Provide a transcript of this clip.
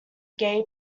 gay